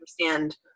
understand